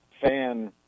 fan